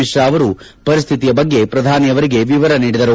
ಮಿಶ್ರಾ ಅವರು ಪರಿಸ್ಥಿತಿಯ ಬಗ್ಗೆ ಪ್ರಧಾನಿಯವರಿಗೆ ವಿವರ ನೀಡಿದರು